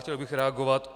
Chtěl bych reagovat.